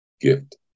gift